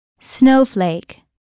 Snowflake